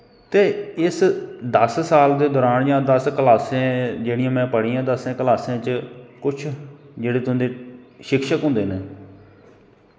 ते इस दस साल दे दौरान जां दस क्लासां जेह्ड़ियां में पढ़ियां दस्सें क्लासें च कुछ जेह्ड़े तुं'दे शिक्षक होंदे न